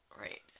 Right